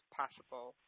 possible